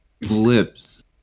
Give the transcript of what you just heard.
lips